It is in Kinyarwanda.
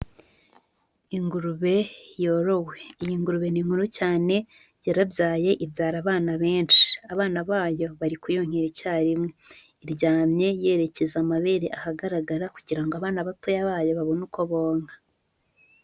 Ingurube yorowe. Iyi ngurube ni nkuru cyane, yarabyaye ibyara abana benshi. Abana bayo bari kuyonkera icyarimwe. Iryamye yerekeza amabere ahagaragara kugira ngo abana batoya bayo babone uko bonka.